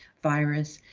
virus.